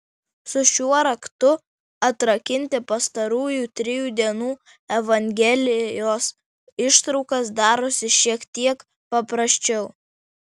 su šiuo raktu atrakinti pastarųjų trijų dienų evangelijos ištraukas darosi šiek tiek paprasčiau